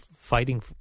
fighting